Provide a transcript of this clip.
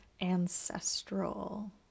ancestral